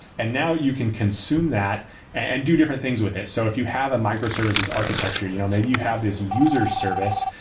and now you can consume that and do different things with it. so if you have a microservices architecture, you know maybe you have this user service,